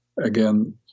again